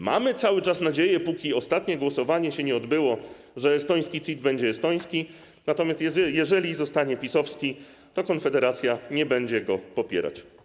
Mamy cały czas nadzieję, póki ostatnie głosowanie się nie odbyło, że estoński CIT będzie estoński, natomiast jeżeli zostanie PiS-owski, to Konfederacja nie będzie go popierać.